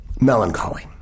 melancholy